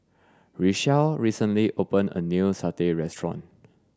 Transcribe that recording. Richelle recently opened a new satay restaurant